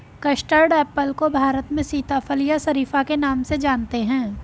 custard apple को भारत में सीताफल या शरीफा के नाम से जानते हैं